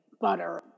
butter